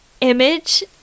image